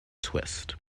twist